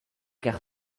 car